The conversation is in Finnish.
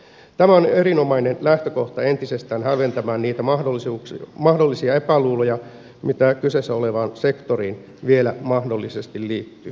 tämä on erinomainen lähtökohta entisestään hälventämään niitä mahdollisia epäluuloja mitä kyseessä olevaan sektoriin vielä mahdollisesti liittyy